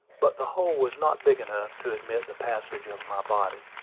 but the hole was not big enough to admit the passage of my body.